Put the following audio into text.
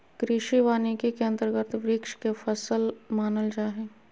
कृषि वानिकी के अंतर्गत वृक्ष के फसल मानल जा हइ